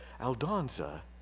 Aldonza